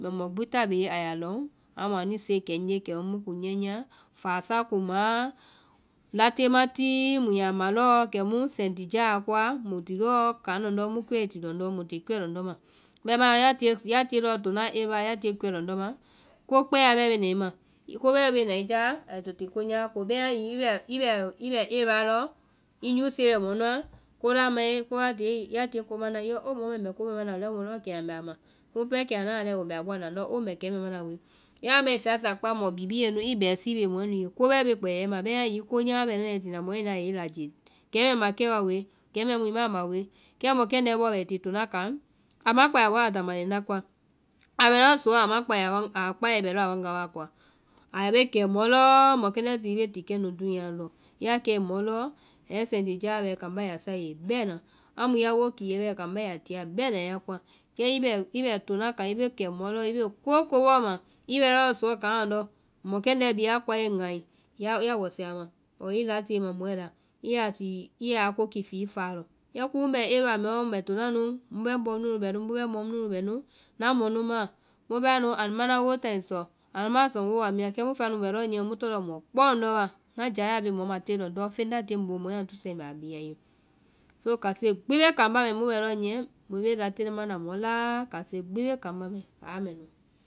Mbɛ mɔ gbi tá bee a ya lɔŋ, amu anu seɛkɛ ŋye kɛmu mu kum nyɛnyɛa, fáasa kumaã, late ma ti, mu ya ma lɔɔ kɛmu sɛtija a koa, mu ti lɔɔ kaŋ lɔndɔ́, mu kuɛi ti lɔndɔ́, mu ti kuɛ lɔndɔ́ ma, bɛmaã ya tie lɔɔ tona area ya tie kuɛ lɔndɔ́ ma, ko kpɛa bɛɛ bee na i ma, ko bɛɛ bee na i ya ai ta ko nyama ko, bɛmaã hiŋi i bɛ area lɔɔ. i usesue bɛ mɔ nuã, ko la mae, ya tie ko mana, yɔ oo mɔ mɛɛ mbɛ ko mɛɛ mana, lɛi mu lɔɔ kɛima mbɛ a ma. kumu pɛɛ kɛima mbɛ ŋna leŋɛ bɔaŋ na, ŋndɔ oo mbɛ kɛwa mana woe. ya a mae fɛla sakpá, mɔ bibie nu i bɛsii bee mɔɛ nu ye. ko bɛɛ be kpɛya i ma. Bɛmaã hiŋi ko nyamaã bɛ nana i tina mɔɛ i na a yɛ i lajii, kɛmɛ ma kɛ wa woe, kɛmɛ mo i ma a ma woe, kɛ mɔkɛndɛ́ bɔɔ bɛ ai ti tona kaŋ, a ma kpai a bɔ adama leŋ la koa. A bɛ lɔɔ suɔ a kpai bɛ a waŋga waa koa, a bee kɛ mɔ lɔɔ, mɔkɛndɛ́ zi i bee ti kɛnu dúunya lɔ. Ya kɛe mɔ lɔ, sɛitija bɛɛ kambá ya sáa i ye bɛɛna amu ya woo kiɛ bɛ kambá ya tia bɛna ya koa. Kɛ i bɛ tona kaŋ i bee kɛ mɔ lɔ, i bee koo ko bɔ ma, i bɛ lɔɔ suɔ kaŋ lɔndɔ́. mɔkɛndɛ́ bhii a koae lɔ ya wɛsɛ ama, ɔɔ i latii ma mɔɛ la, i ya a ko kipi i fáa lɔ, kɛ komu ŋ bɛ area mɔɛɔ mbɛ tona nu, mu bɛ ŋ bɔ munu bɛ nu, mu bɛ mɔ munu bɛ nu ŋna mɔ nu maã, mu bɛa nu, anu ma ŋna wa banda sɔ, anu ma a sɔ ŋwooa mia, kɛ mu fɛa nu mu bɛ lɔ niyɛ, mu tɔŋ lɔɔ mɔ kpɔ lɔndɔ́ wa, ŋna jaya bee mɔ ma tée lɔndɔ́ feŋ la tie ŋ boo mɔa ŋ tusae mbɛ i bi mbɛ a bee a ye. So kase gbi bee kambá mai, mu bɛ lɔ niyɛ, mu bee lati mana mɔ laa. kase gbi bee kambá mai, aa mɛ nu.